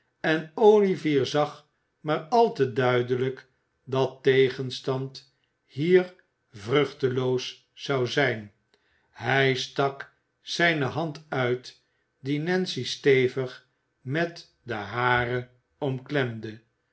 en olivier zag maar al te duidelijk dat tegenstand hier vruchteloos zou zijn hij stak zijne hand uit die nancy stevig met de hare omklemde